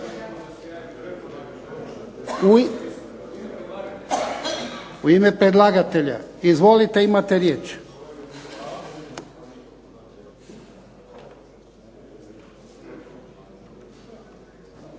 U ime predlagatelja? Izvolite imate riječ.